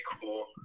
cool